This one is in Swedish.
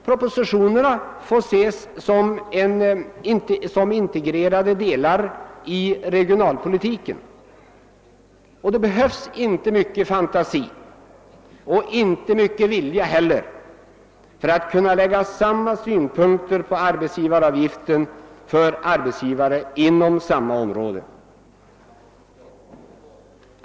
Propositionerna får ses som integrerade delar i regionalpolitiken, och det behövs inte mycket fantasi och inte mycket vilja heller för att kunna lägga samma synpunkter på arbetsgivaravgiften för arbetsgivare inom samma områden.